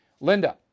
Linda